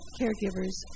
caregivers